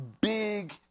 big